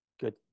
good